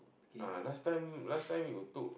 ah last time last time you took